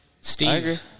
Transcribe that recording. Steve